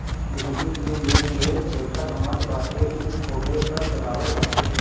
business में जे ढेर पइसा कमात बाटे उ खूबे कर चोरावत बाटे